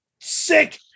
sick